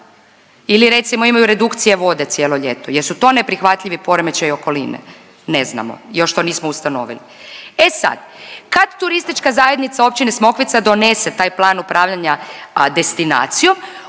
Ili recimo imaju redukcije vode cijelo ljeto. Jesu to neprihvatljivi poremećaji okoline? Ne znamo, još to nismo ustanovili. E sad, kad turistička zajednica općine Smokvica donese taj plan upravljanja destinacijom